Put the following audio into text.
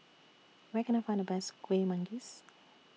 Where Can I Find The Best Kueh Manggis